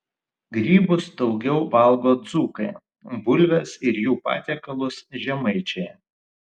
grybus daugiau valgo dzūkai bulves ir jų patiekalus žemaičiai